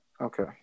Okay